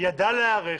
ידעה להיערך